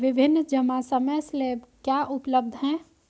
विभिन्न जमा समय स्लैब क्या उपलब्ध हैं?